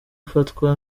ufatwa